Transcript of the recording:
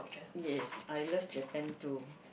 yes I love Japan too